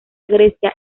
grecia